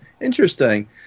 Interesting